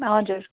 हजुर